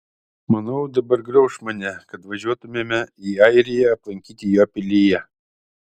manau dabar grauš mane kad važiuotumėme į airiją aplankyti jo pilyje